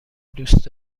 دوست